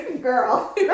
Girl